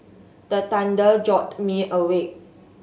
the thunder jolt me awake